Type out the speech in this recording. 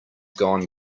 gone